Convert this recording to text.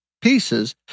pieces